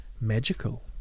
magical